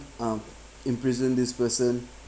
um imprison this person